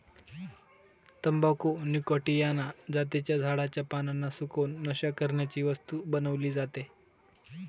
तंबाखू निकॉटीयाना जातीच्या झाडाच्या पानांना सुकवून, नशा करण्याची वस्तू बनवली जाते